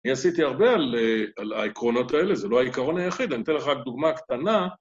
אני עשיתי הרבה על העקרונות האלה, זה לא העיקרון היחיד, אני אתן לך רק דוגמה קטנה.